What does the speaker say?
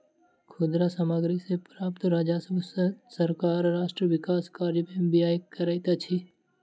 खुदरा सामग्री सॅ प्राप्त राजस्व सॅ सरकार राष्ट्र विकास कार्य में व्यय करैत अछि